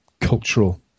cultural